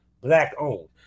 black-owned